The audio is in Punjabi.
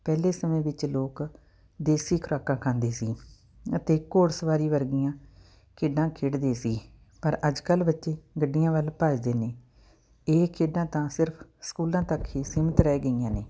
ਪਹਿਲੇ ਸਮੇਂ ਵਿੱਚ ਲੋਕ ਦੇਸੀ ਖੁਰਾਕਾਂ ਖਾਂਦੇ ਸੀ ਅਤੇ ਘੋੜਸਵਾਰੀ ਵਰਗੀਆਂ ਖੇਡਾਂ ਖੇਡਦੇ ਸੀ ਪਰ ਅੱਜ ਕੱਲ੍ਹ ਬੱਚੇ ਗੱਡੀਆਂ ਵੱਲ ਭੱਜਦੇ ਨੇ ਇਹ ਖੇਡਾਂ ਤਾਂ ਸਿਰਫ ਸਕੂਲਾਂ ਤੱਕ ਹੀ ਸੀਮਤ ਰਹਿ ਗਈਆਂ ਨੇ